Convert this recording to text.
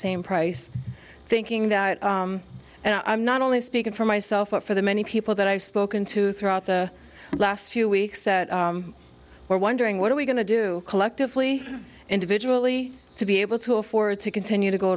same price thinking that and i'm not only speaking for myself but for the many people that i've spoken to throughout the last few weeks that were wondering what are we going to do collectively or individually to be able to afford to continue to go